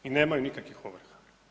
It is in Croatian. I nemaju nikakvih ovrha.